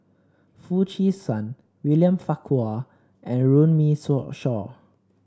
Foo Chee San William Farquhar and Runme Shaw